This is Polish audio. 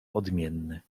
odmienny